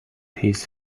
his